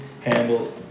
Handle